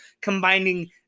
combining